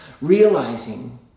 realizing